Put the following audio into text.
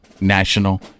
National